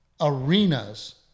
arenas